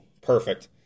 Perfect